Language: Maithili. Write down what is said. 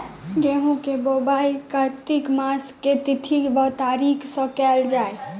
गेंहूँ केँ बोवाई कातिक मास केँ के तिथि वा तारीक सँ कैल जाए?